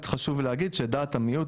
לחלק את יתרת השטח בין הרשויות המקומיות